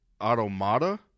automata